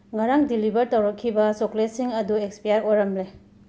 ꯉꯔꯥꯡ ꯗꯤꯂꯤꯚꯔ ꯇꯧꯔꯛꯈꯤꯕ ꯆꯣꯀ꯭ꯂꯦꯠꯁꯤꯡ ꯑꯗꯨ ꯑꯦꯛꯁꯄꯤꯌꯔ ꯑꯣꯏꯔꯝꯂꯦ